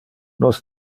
nos